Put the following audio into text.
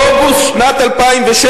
אוגוסט שנת 2006,